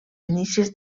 inicis